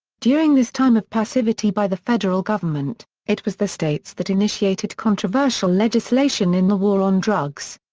during this time of passivity by the federal government, it was the states that initiated controversial legislation in the war on drugs.